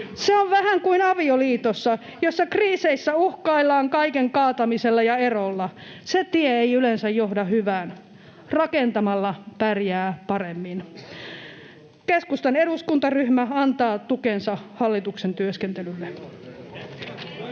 Se on vähän kuin avioliitossa, jossa kriiseissä uhkaillaan kaiken kaatamisella ja erolla. Se tie ei yleensä johda hyvään. Rakentamalla pärjää paremmin. Keskustan eduskuntaryhmä antaa tukensa hallituksen työskentelylle.